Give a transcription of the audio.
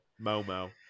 Momo